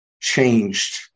changed